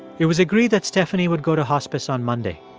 it was agreed that stephanie would go to hospice on monday.